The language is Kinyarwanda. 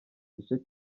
gice